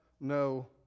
no